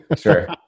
Sure